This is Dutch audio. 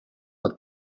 dat